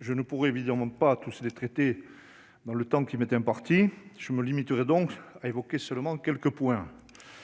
Je ne pourrai évidemment pas tous les traiter dans le temps qui m'est imparti ; je me limiterai donc à évoquer seulement quelques points.